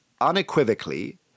unequivocally